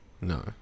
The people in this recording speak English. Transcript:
No